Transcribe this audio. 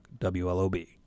WLOB